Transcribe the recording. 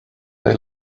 they